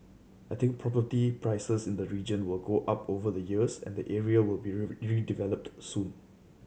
I think property prices in the region will go up over the years and the area will be redeveloped soon